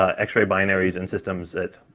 ah x-ray binaries and systems that,